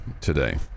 today